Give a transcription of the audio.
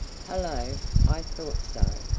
hello, i thought so!